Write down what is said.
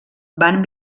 van